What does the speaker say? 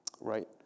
right